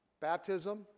baptism